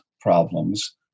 problems